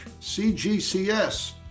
CGCS